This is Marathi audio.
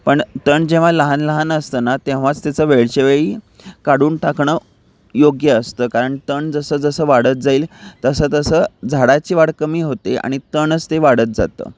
पण तण जेव्हा लहान लहान असताना तेव्हाच त्याचं वेळचेवेळी काढून टाकणं योग्य असतं कारण तण जसं जसं वाढत जाईल तसं तसं झाडाची वाढ कमी होते आणि तणच ते वाढत जातं